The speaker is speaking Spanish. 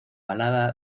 balada